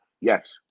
Yes